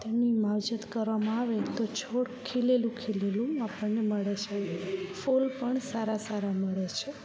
તેની માવજત કરવામાં આવે તો છોડ ખીલેલું ખીલેલું આપણને મળે છે ફૂલ પણ સારા સારા મળે છે